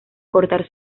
cortar